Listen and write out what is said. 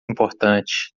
importante